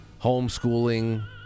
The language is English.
Homeschooling